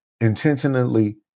intentionally